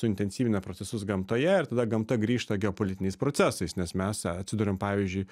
suintensyvina procesus gamtoje ir tada gamta grįžta geopolitiniais procesais nes mes atsiduriam pavyzdžiui